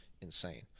insane